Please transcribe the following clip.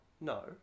No